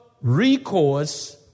recourse